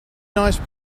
nice